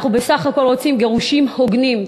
אנחנו בסך הכול רוצים גירושים הוגנים.